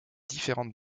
différentes